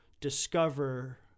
discover